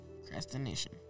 Procrastination